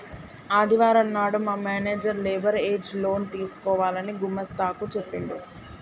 ఆదివారం నాడు మా మేనేజర్ లేబర్ ఏజ్ లోన్ తీసుకోవాలని గుమస్తా కు చెప్పిండు